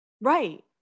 Right